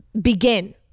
begin